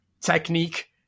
technique